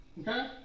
Okay